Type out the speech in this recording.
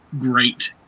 great